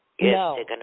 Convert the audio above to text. No